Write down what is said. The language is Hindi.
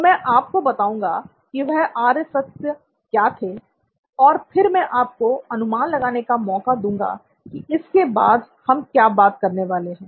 तो मैं आपको बताऊंगा कि वह आर्यसत्य क्या थे और फिर मैं आपको अनुमान लगाने का मौका दूंगा कि इसके बाद हम क्या बात करने वाले हैं